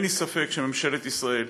אין לי ספק שממשלת ישראל,